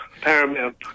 Paramount